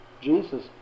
Jesus